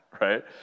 right